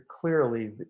clearly